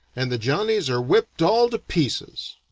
and the johnnies are whipped all to pieces